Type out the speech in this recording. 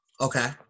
okay